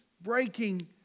breaking